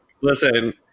Listen